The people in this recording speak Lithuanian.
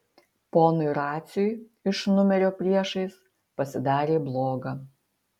ponui raciui iš numerio priešais pasidarė bloga